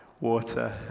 water